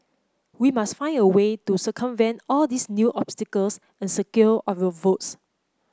we must find a way to circumvent all these new obstacles and secure our votes